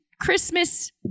Christmas